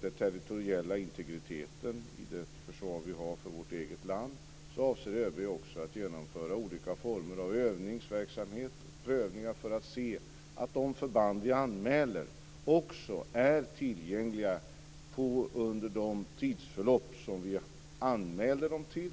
den territoriella integriteten i det försvar vi har för vårt eget land, också avser att genomföra olika former av övningar för att se till att de förband vi anmäler är tillgängliga under de tidsförlopp som vi anmäler dem till.